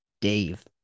Dave